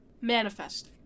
Manifest